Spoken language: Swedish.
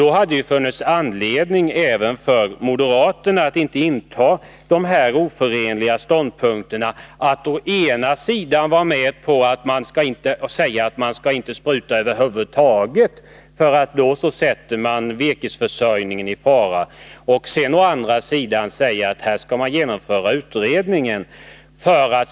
Det hade därför funnits anledning även för moderaterna att inte inta de här oförenliga ståndpunkterna, när man å ena sidan säger att om man inte sprutar över huvud taget, så kommer virkesförsörjningen i fara, och å andra sidan säger att utredningen skall genomföras.